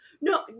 no